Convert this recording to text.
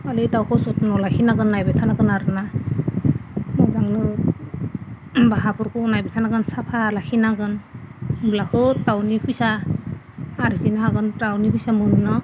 माने दाउखौ जथ्न' लाखिनांगोन नायबाय थानांगोन आरोना मोजांनो बाहाफोरखौ नायबाय थानांगोन साफा लाखिनांगोन होम्बासो दाउनि फैसा आरजिनो हागोन दाउनि फैसा मोननो